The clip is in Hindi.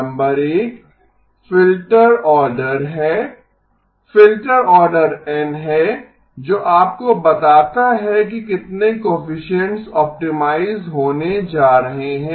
नंबर 1 फिल्टर ऑर्डर है फ़िल्टर ऑर्डर N है जो आपको बताता है कि कितने कोएफिसिएन्ट्स ऑप्टिमाइज़ होने जा रहे हैं